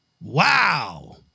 Wow